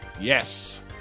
Yes